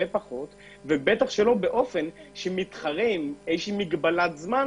בטח שלא באופן שמתחרה עם מגבלת זמן